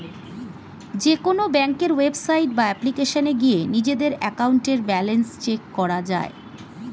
যেকোনো ব্যাংকের ওয়েবসাইট বা অ্যাপ্লিকেশনে গিয়ে নিজেদের অ্যাকাউন্টের ব্যালেন্স চেক করা যায়